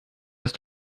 dass